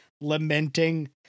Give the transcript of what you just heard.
lamenting